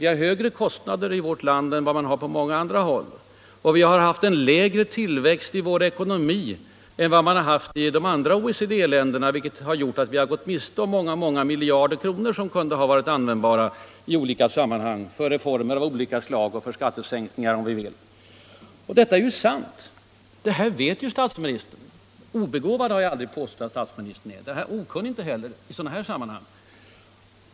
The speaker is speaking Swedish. Vi har högre kostnader i vårt land än man har på många andra håll och vi har haft lägre tillväxt i vår ekonomi än man haft i de andra OECD-länderna, vilket gjort att vi gått miste om många miljarder kronor, som kunde varit användbara t.ex. för reformer av olika slag och även för skattesänkningar. Det här är ju sant och det vet statsministern. Obegåvad har jag aldrig påstått att statsministern är, inte heller okunnig i sådana här sammanhang.